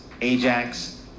Ajax